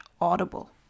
Audible